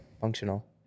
functional